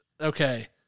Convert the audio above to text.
okay